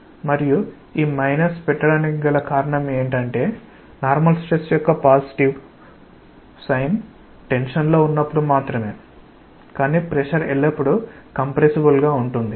మరియు మైనస్ పెట్టడానికి కారణం ఏంటంటే నార్మల్ స్ట్రెస్ యొక్క పాజిటివ్ సైన్ టెన్షన్ లో ఉన్నప్పుడు మాత్రమే కానీ ప్రెషర్ ఎల్లప్పుడూ కంప్రెసిబుల్ గా ఉంటుంది